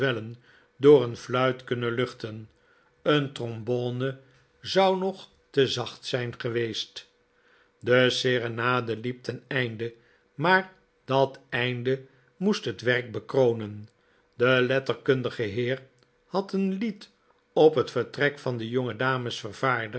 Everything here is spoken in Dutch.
door een fluit kunnen luchten een trombone zou nog te zacht zijn geweest de serenade liep ten einde maar dat einde moest het werk bekronen de letterkundige heer had een lied op het vertrek van de